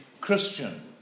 Christian